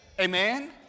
Amen